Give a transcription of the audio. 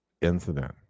incident